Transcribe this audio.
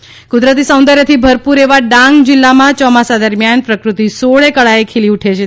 પડ્યો છે કુદરતી સૌંદર્ય થી ભરપૂર એવા ડાંગ જિલ્લામાં ચોમાસા દરમિયાન પ્રકૃતિ સોળે કળાએ ખીલી ઊઠી છે